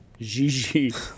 Gigi